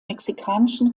mexikanischen